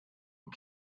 and